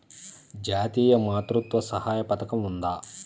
జాతీయ మాతృత్వ సహాయ పథకం ఉందా?